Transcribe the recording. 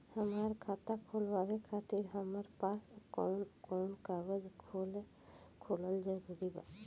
हमार खाता खोलवावे खातिर हमरा पास कऊन कऊन कागज होखल जरूरी बा?